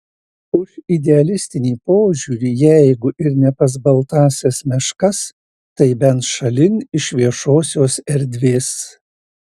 už idealistinį požiūrį jeigu ir ne pas baltąsias meškas tai bent šalin iš viešosios erdvės